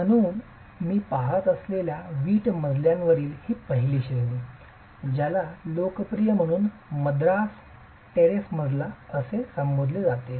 म्हणून मी पहात असलेल्या वीट मजल्यावरील ही पहिली श्रेणी ज्याला लोकप्रिय म्हणून मद्रास टेरेस मजला म्हणून संबोधले जाते